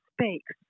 speaks